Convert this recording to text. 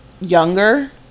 younger